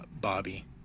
Bobby